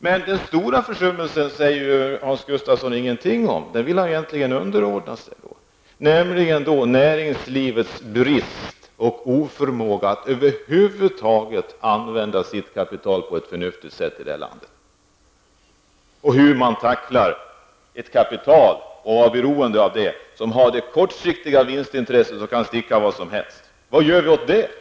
Hans Gustafsson säger ingenting om den stora försummelsen, som han vill egentligen underordna sig, dvs. näringslivets oförmåga att över huvud taget använda sitt kpaital på ett förnuftigt sätt i landet. Vad gör vi åt beroendet av ett kapital som har det kortsiktiga vinstintresset och som kan sticka iväg vart som helst?